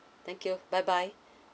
thank you bye bye